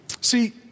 See